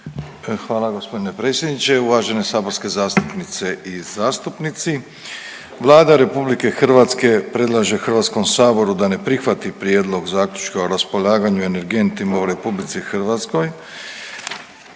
Hvala gospodine predsjedniče. Uvažene saborske zastupnice i zastupnici, Vlada RH predlaže Hrvatskom saboru da ne prihvati Prijedlog Zaključka o raspolaganju energentima u RH. Vlada u odnosu